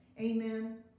Amen